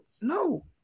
no